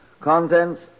Contents